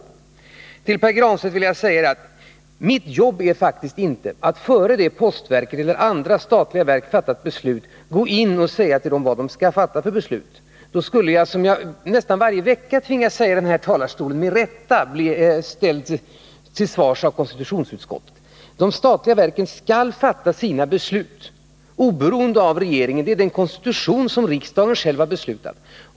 Jag vill säga till Pär Granstedt att mitt jobb faktiskt inte är att, innan postverket eller andra statliga verk fattat beslut, gå in och säga till dem vad de skall fatta för beslut. Då skulle jag — som jag nästan varje vecka tvingas säga i den här talarstolen — med rätta bli ställd till svars av konstitutionsutskottet. De statliga verken skall fatta sina beslut oberoende av regeringen. Det är den konstitution riksdagen själv har beslutat.